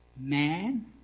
Man